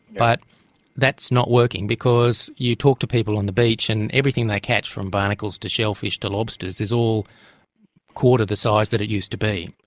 but that's not working because you talk to people on the beach and everything they catch, from barnacles to shellfish to lobsters, is all quarter the size that it used to be.